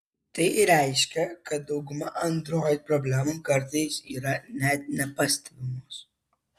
tai reiškia kad dauguma android problemų kartais yra net nepastebimos